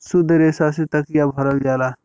सुद्ध रेसा से तकिया भरल जाला